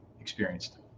experienced